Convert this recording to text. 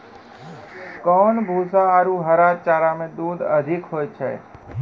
कोन भूसा आरु हरा चारा मे दूध अधिक होय छै?